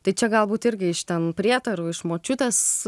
tai čia galbūt irgi iš ten prietarų iš močiutės